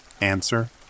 Answer